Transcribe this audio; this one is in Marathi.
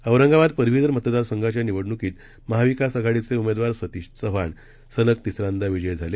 औरंगाबादपदवीधरमतदारसंघाच्यानिवडण्कीतमहाविकासआघाडीचेउमेदवारसतीशचव्हाणस लगतिसऱ्यांदाविजयीझाले